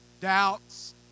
Doubts